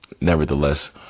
nevertheless